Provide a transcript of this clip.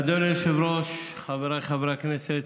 אדוני היושב-ראש, חבריי חברי הכנסת,